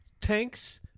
Tanks